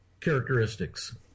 characteristics